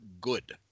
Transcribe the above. good